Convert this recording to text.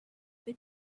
they